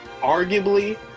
arguably